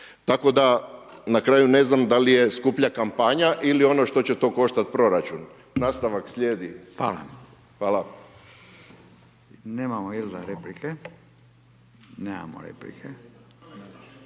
Tako da na kraju ne znam da li je skuplja kampanja ili ono što će to koštati proračun. Nastavak slijedi. **Radin, Furio (Nezavisni)** Hvala. Nemamo jel'da replike? Nemamo replike.